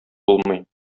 булмый